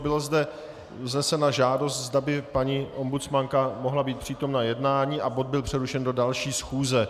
Byla zde vznesena žádost, zda by paní ombudsmanka mohla být přítomna jednání, a bod byl přerušen do další schůze.